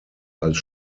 als